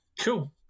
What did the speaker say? cool